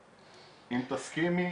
אם תסכימי,